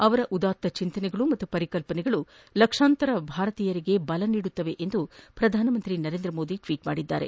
ಅವರ ಉದಾತ್ತ ಚಿಂತನೆ ಮತ್ತು ಪರಿಕಲ್ಪನೆಗಳು ಲಕ್ಷಾಂತರ ಭಾರತೀಯರಿಗೆ ಬಲ ನೀಡಲಿವೆ ಎಂದು ಪ್ರಧಾನಿ ನರೇಂದ್ರ ಮೋದಿ ಟ್ವೀಟ್ ಮಾಡಿದ್ದಾರೆ